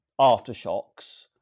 aftershocks